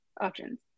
options